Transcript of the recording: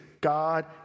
God